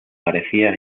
parecía